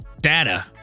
data